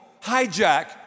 hijack